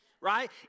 Right